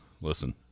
Listen